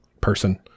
person